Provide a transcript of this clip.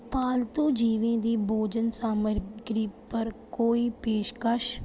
पालतू जीवें दी भोजन सामग्री पर कोई पेशकश